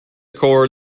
cord